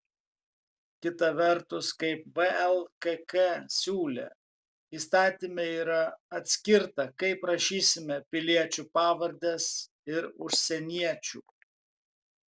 kita vertus kaip vlkk siūlė įstatyme yra atskirta kaip rašysime piliečių pavardes ir užsieniečių